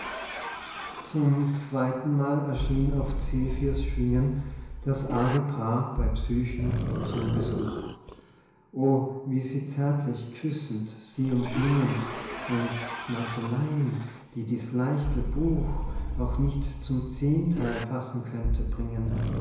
zum zweiten mal erschien auf zephyrs schwingen das arge paar bei psychen zum besuch o wie sie zärtlich küssend sie umschlingen und schmeicheleien die dies leichte buch auch nicht zum zehntheil fassen könnte bringen